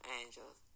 angels